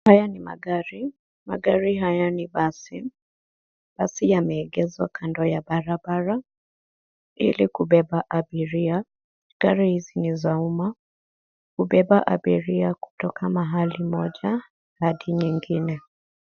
Haya ni magari. Magari haya ni basi. Basi yameegezwa kando ya barabara ili kubeba abiria. Gari hizi ni za umma. Hubeba abiria kutoka mahali moja hadi nyingine.